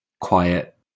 quiet